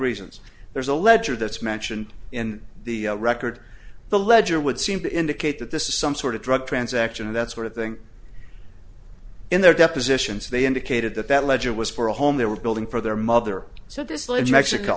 reasons there's a ledger that's mentioned in the record the ledger would seem to indicate that this is some sort of drug transaction and that sort of thing in their depositions they indicated that that ledger was for a home they were building for their mother s